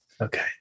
Okay